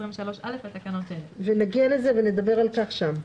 23(א) לתקנות אלה." נגיע לזה ונדבר על כך שם,